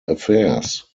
affairs